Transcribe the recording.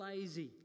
lazy